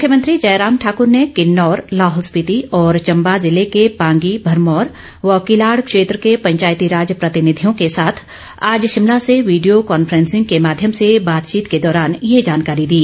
मुख्यमंत्री जयराम ठाकूर ने किन्नौर लाहौल स्पिति और चंबा जिले के पांगी भरमौर व किलाड़ क्षेत्र के पंचायतीराज प्रतिनिधियों के साथ आज शिमला से वीडियो कॉन्फ्रें सिंग के माध्यम से बातचीत के दौरान ये जानकारी दी